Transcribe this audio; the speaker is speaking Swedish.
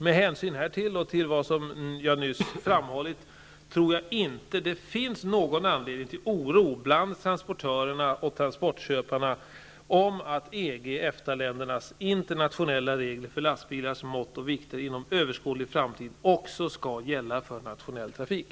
Med hänsyn härtill och till vad som jag nyss har framhållit tror jag inte att det finns någon anledning till oro bland transportörer och transportköpare om att EG--EFTA-ländernas internationella regler för lastbilars mått och vikter inom överskådlig framtid också skall gälla för nationell trafik.